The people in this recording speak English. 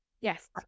yes